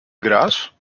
grasz